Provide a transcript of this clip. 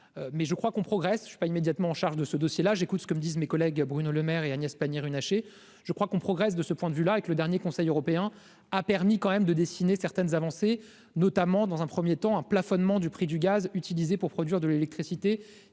mais je crois qu'on progresse, je suis pas immédiatement en charge de ce dossier là, j'écoute ce que me disent mes collègues Bruno Lemaire et Agnès Pannier-Runacher je crois qu'on progresse, de ce point de vue là avec le dernier Conseil européen a permis quand même de dessiner certaines avancées, notamment dans un 1er temps un plafonnement du prix du gaz utilisé pour produire de l'électricité,